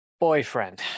boyfriend